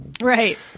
Right